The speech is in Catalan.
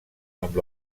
amb